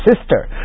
sister